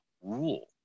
rule